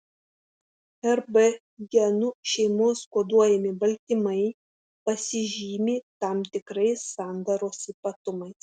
rb genų šeimos koduojami baltymai pasižymi tam tikrais sandaros ypatumais